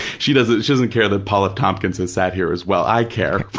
she doesn't she doesn't care that paul f. tompkins has sat here as well. i care.